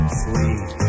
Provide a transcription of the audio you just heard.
sweet